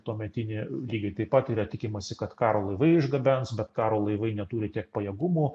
tuometinį lygiai taip pat yra tikimasi kad karo laivai išgabens bet karo laivai neturi tiek pajėgumų